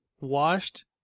washed